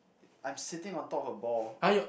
I'm sitting on top of a ball